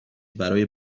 برای